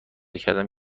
کردم